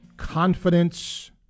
Confidence